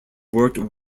worked